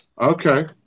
Okay